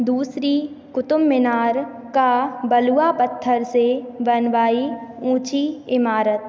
दूसरी क़ुतुब मीनार का बलुवा पत्थर से बनवाई ऊँची इमारत